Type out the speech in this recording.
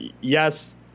yes